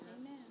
Amen